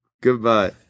Goodbye